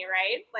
right